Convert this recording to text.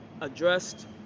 addressed